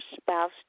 spouse